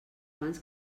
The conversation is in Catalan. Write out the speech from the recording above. abans